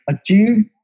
achieve